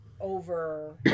over